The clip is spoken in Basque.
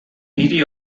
hiri